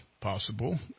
possible